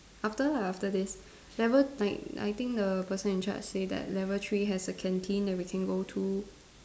after lah after this level like I think the person in charge say that level three has a canteen that we can go to